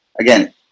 Again